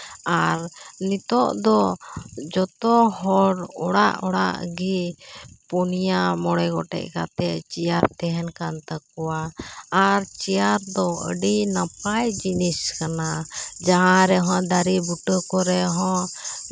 ᱟᱨ ᱱᱤᱛᱳᱜ ᱫᱚ ᱡᱚᱛᱚ ᱦᱚᱲ ᱚᱲᱟᱜ ᱚᱲᱟᱜ ᱜᱮ ᱯᱩᱱᱭᱟ ᱢᱚᱬᱮ ᱜᱚᱴᱮᱡ ᱠᱟᱛᱮ ᱪᱮᱭᱟᱨ ᱛᱮᱦᱮᱱ ᱠᱟᱱ ᱛᱟᱠᱚᱣᱟ ᱟᱨ ᱪᱮᱭᱟᱨ ᱫᱚ ᱟᱹᱰᱤ ᱱᱟᱯᱟᱭ ᱡᱤᱱᱤᱥ ᱠᱟᱱᱟ ᱡᱟᱦᱟᱸ ᱨᱮᱦᱚᱸ ᱫᱟᱨᱮ ᱵᱩᱴᱟᱹ ᱠᱚᱨᱮ ᱦᱚᱸ